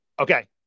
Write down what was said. Okay